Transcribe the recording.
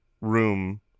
room